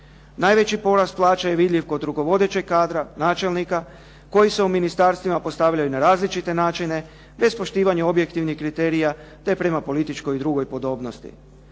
Najveći porast plaća je vidljiv kod rukovodećeg kadra načelnika koji se u ministarstvima postavljaju na različite načine, bez poštivanja objektivnih kriterija te prema političkoj i drugoj podobnosti.